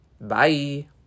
Bye